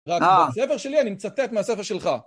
רק ספר שלי אני מצטט מהספר שלך.